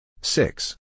Six